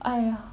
!aiya!